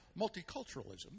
multiculturalism